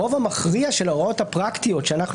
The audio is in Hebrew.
הרוב המכריע של ההוראות הפרקטיות שאנחנו